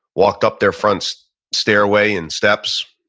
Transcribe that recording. walked up their front stairway and steps,